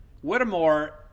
Whittemore